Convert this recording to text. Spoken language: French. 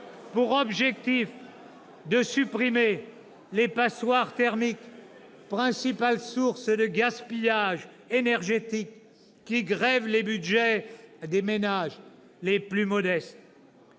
dans les dix ans à venir, les passoires thermiques, principales sources de gaspillage énergétique, qui grèvent les budgets des ménages les plus modestes.